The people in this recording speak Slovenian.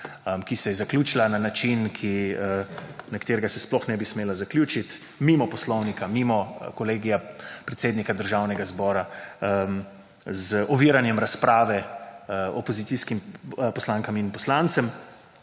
ki se je zaključila na način na katerega se sploh ne bi smela zaključiti mimo Poslovnika, mimo Kolegija predsednika Državnega zbora z oviranjem razprave opozicijskim poslankam in poslancem